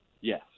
Yes